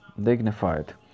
dignified